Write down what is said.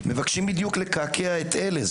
מבקשים בדיוק לקעקע את אלה.